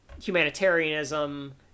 humanitarianism